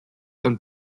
and